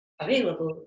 available